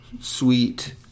sweet